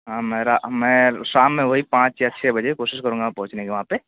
ہاں میں را میں شام میں وہی پانچ یا چھ بجے کوشش کروں گا پہنچنے کی وہاں پہ